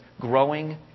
growing